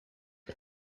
men